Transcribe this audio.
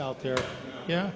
out there yeah